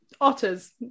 otters